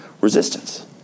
resistance